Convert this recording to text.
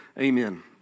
Amen